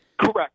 Correct